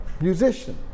musician